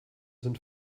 sind